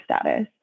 status